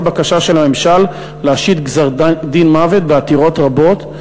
בקשה של הממשל להשית גזר-דין מוות בעתירות רבות,